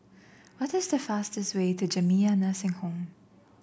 what is the fastest way to Jamiyah Nursing Home